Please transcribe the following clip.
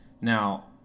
Now